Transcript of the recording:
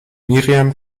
miriam